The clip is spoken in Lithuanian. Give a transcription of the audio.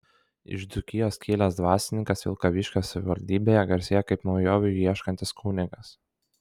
iš dzūkijos kilęs dvasininkas vilkaviškio savivaldybėje garsėja kaip naujovių ieškantis kunigas